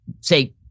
Say